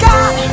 God